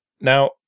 Now